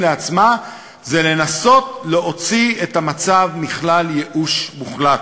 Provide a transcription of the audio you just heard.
לעצמם היא לנסות להוציא את המצב מכלל ייאוש מוחלט.